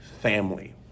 family